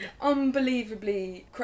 unbelievably